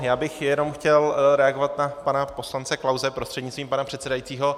Já bych jenom chtěl reagovat na pana poslance Klause prostřednictvím pana předsedajícího.